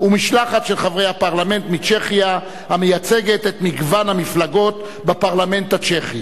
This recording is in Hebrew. ומשלחת של חברי הפרלמנט מצ'כיה המייצגת את מגוון המפלגות בפרלמנט הצ'כי.